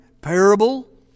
parable